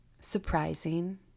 surprising